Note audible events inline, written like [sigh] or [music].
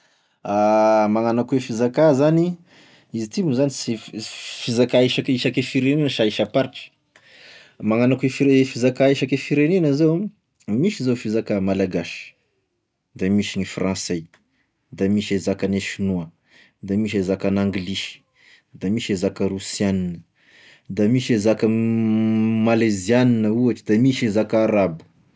[hesitation] Magnano akoa e fizakà zany, izy ty moa zany sy f - fiz- fizakà isake- isake firenena sa isam-paritra, magnano akoa e fire- fizaka isake firenena zao an: misy zao fizakà malagasy, da misy gny fransay, da misy e zakagne sonoa, da misy e zakagn'anglisy, da misy e zaka rosiagna, da misy e zaka m [hesitation] maleziana ohatra, da misy zaka arabo.